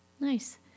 Nice